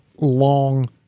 long